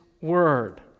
Word